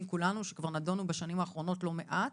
כולנו שכבר נדונו בשנים האחרונות לא מעט.